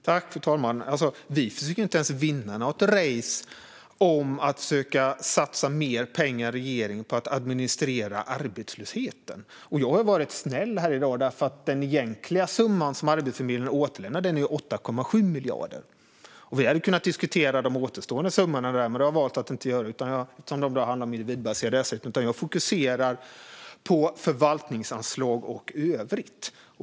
Fru talman! Vi försöker inte ens vinna något race om att satsa mer pengar än regeringen på att administrera arbetslösheten. Jag har ju varit snäll här i dag, för den egentliga summan som Arbetsförmedlingen återlämnar är 8,7 miljarder. Vi hade kunnat diskutera de återstående summorna, men jag har valt att inte göra det eftersom de handlar om individbaserad ersättning. I stället fokuserar jag på förvaltningsanslag och övrigt.